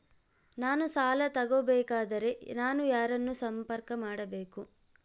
ನಾನು ಸಾಲ ತಗೋಬೇಕಾದರೆ ನಾನು ಯಾರನ್ನು ಸಂಪರ್ಕ ಮಾಡಬೇಕು?